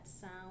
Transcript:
sound